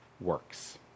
works